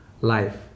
life